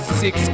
six